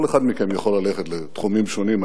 כל אחד מכם יכול ללכת לתחומים שונים.